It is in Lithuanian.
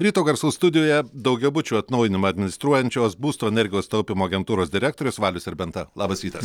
ryto garsų studijoje daugiabučių atnaujinimą administruojančios būsto energijos taupymo agentūros direktorius valius serbenta labas rytas